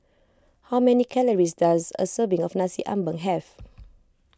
how many calories does a serving of Nasi Ambeng have